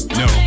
no